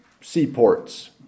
seaports